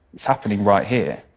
it's happening right here.